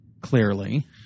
clearly